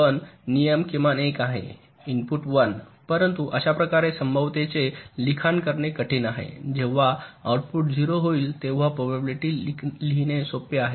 पण नियम किमान एक आहे इनपुट 1 परंतु अशाप्रकारे संभाव्यतेचे लिखाण करणे कठीण आहे जेव्हा आउटपुट 0 होईल तेव्हा प्रोबॅबिलिटी लिहिणे सोपे आहे